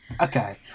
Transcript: Okay